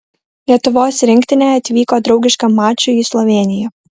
lietuvos rinktinė atvyko draugiškam mačui į slovėniją